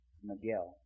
Miguel